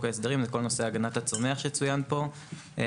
ההסדרים בכל נושא הגנת הצומח שצוין פה,